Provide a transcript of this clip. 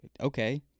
okay